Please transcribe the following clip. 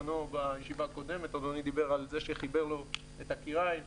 בישיבה הקודמת אדוני דיבר על זה שחיבר לו את הכיריים,